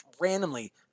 randomly